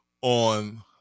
on